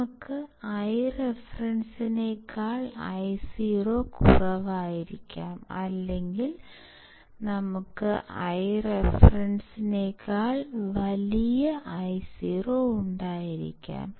നമുക്ക് Ireferenceനേക്കാൾ Io കുറവായിരിക്കാം അല്ലെങ്കിൽ നമുക്ക് Ireferenceനേക്കാൾ വലിയ Io ഉണ്ടായിരിക്കാം